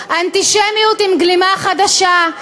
באנטישמיות, אנטישמיות עם גלימה חדשה,